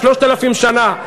3,000 שנה.